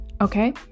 Okay